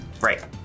Right